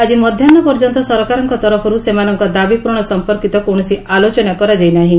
ଆଜି ମଧ୍ଧାହୁ ପର୍ଯ୍ୟନ୍ତ ସରକାରଙ୍କ ତରଫରୁ ସେମାନଙ୍କ ଦାବି ପ୍ରରଣ ସଂପର୍କିତ କୌଶସି ଆଲୋଚନା କରାଯାଇ ନାହିଁ